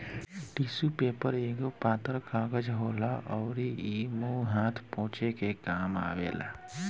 tissue paper एगो पातर कागज होला अउरी इ मुंह हाथ पोछे के काम आवेला